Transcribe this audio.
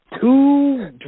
two